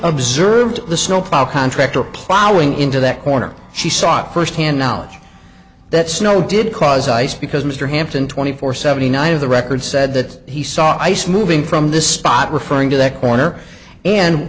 observed the snowplow contractor plowing into that corner she saw it first hand knowledge that snow did cause ice because mr hampton twenty four seventy nine of the record said that he saw ice moving from this spot referring to that corner and